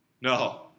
no